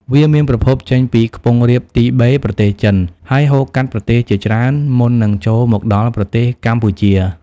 វាមានប្រភពចេញពីខ្ពង់រាបទីបេ ប្រទេសចិន ហើយហូរកាត់ប្រទេសជាច្រើនមុននឹងចូលមកដល់ប្រទេសកម្ពុជា។